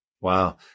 Wow